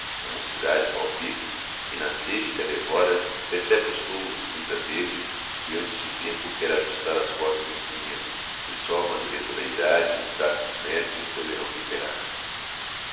a mocidade palpita e na sede que a devora decepa os louros inda verdes e antes de tempo quer ajustar as cordas do instrumento que só a madureza da idade e o trato dos mestres poderão temperar